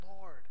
Lord